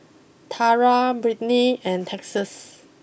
Tara Brittni and Texas